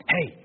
Hey